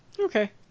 Okay